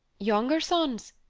younger sons!